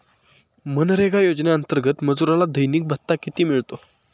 मनरेगा योजनेअंतर्गत मजुराला दैनिक भत्ता किती मिळतो?